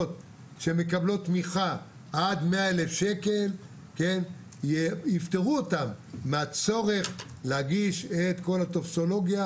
שמקבלות תמיכה עד 100,000 שקל יפטרו מהצורך להגיש את כל הטופסולוגיה